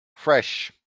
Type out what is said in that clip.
fresh